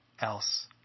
else